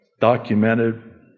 documented